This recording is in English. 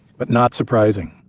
but not surprising.